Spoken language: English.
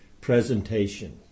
presentation